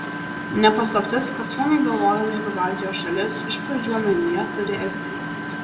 ne paslaptis kad suomiai galvodami apie baltijos šalis iš pradžių omenyje turi estiją